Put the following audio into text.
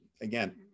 again